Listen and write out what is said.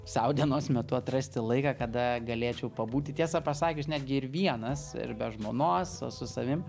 sau dienos metu atrasti laiką kada galėčiau pabūti tiesą pasakius netgi ir vienas ir be žmonos su savim